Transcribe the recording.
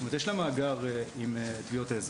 יש לה מאגר עם טביעות אצבע.